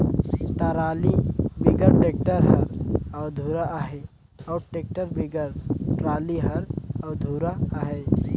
trolley बिगर tractor हर अधुरा अहे अउ टेक्टर बिगर टराली हर अधुरा अहे